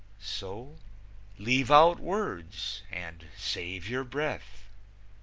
so leave out words and save your breath.